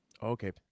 Okay